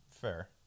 Fair